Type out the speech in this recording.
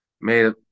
made